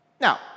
Now